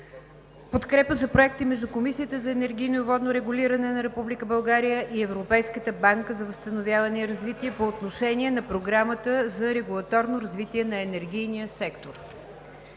подкрепа за проекти между Комисията за енергийно и водно регулиране на Република България и Европейската банка за възстановяване и развитие по отношение на програмата за регулаторно развитие на енергийния сектор,